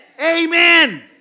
Amen